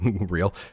real